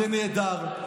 זה נהדר,